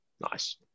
Nice